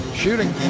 shooting